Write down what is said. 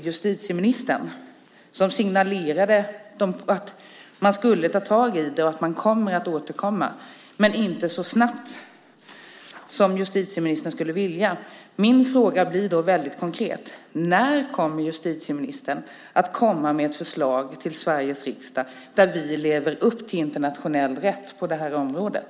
Justitieministern signalerade att man skulle ta tag i det och att man kommer att återkomma men inte så snabbt som justitieministern skulle vilja. Min fråga till justitieministern blir väldigt konkret. När kommer justitieministern att komma med ett förslag till Sveriges riksdag där vi lever upp till internationell rätt på det här området?